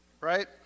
right